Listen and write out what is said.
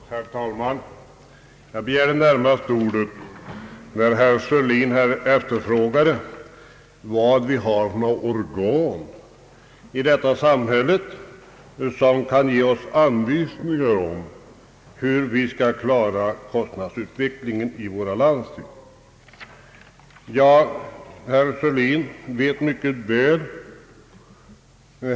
Herr talman! Jag begärde ordet närmast därför att herr Sörlin frågade vilka organ vi har i vårt samhälle, som kan ge oss anvisningar om hur vi skall klara kostnadsutvecklingen inom landstingen. Men herr Sörlin vet detta mycket väl.